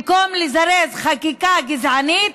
במקום לזרז חקיקה גזענית,